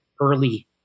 early